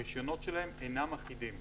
הרישיונות שלהם אינם אחידים,